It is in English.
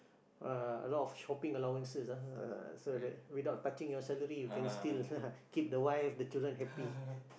uh a lot of shopping allowances ah so the without touching your salary you can keep the wife the children happy